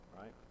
right